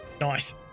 Nice